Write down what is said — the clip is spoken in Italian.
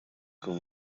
con